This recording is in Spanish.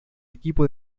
equipo